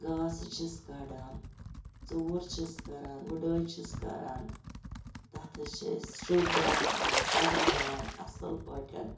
گاسہٕ چھِس کَڑان ژوٗر چھِس کَران گُڑٲے چھِس کَران تَتھ حظ چھِ أسۍ شوٗبدار تھاوان سَگٕناوان اَصل پٲٹھۍ